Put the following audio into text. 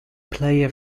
player